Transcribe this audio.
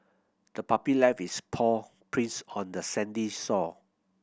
the puppy left its paw prints on the sandy sore